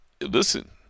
listen